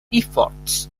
efforts